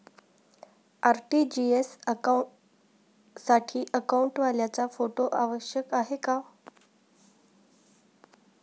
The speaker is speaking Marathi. आर.टी.जी.एस साठी अकाउंटवाल्याचा फोटो आवश्यक आहे का?